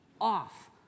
off